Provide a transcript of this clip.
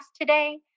today